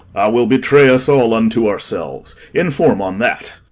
will betray us all unto ourselves inform on that.